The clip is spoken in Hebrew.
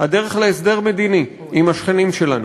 הדרך להסדר מדיני עם השכנים שלנו.